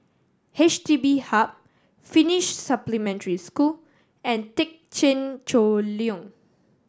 H D B Hub Finnish Supplementary School and Thekchen Choling